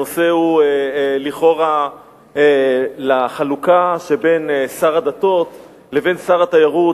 הנושא הוא לכאורה החלוקה שבין שר הדתות לבין שר התיירות,